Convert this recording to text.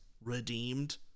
redeemed